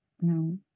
No